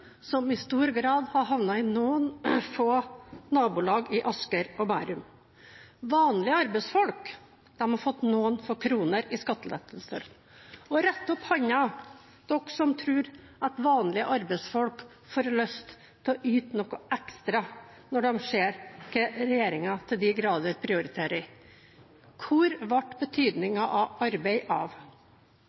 som i stor grad har havnet i noen få nabolag i Asker og Bærum. Vanlige arbeidsfolk har fått noen få kroner i skattelettelser. Og rekk opp hånden dere som tror at vanlige arbeidsfolk får lyst til å yte noe ekstra når de ser hva regjeringen til de grader prioriterer. Hvor ble betydningen av arbeid av?